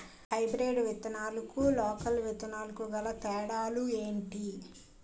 Hybrid విత్తనాలకు local విత్తనాలకు గల తేడాలు ఏంటి?